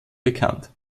bekannt